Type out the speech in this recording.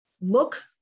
look